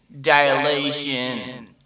dilation